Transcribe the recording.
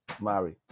Mary